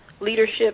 leadership